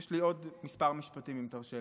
יש לי עוד כמה משפטים, אם תרשה לי.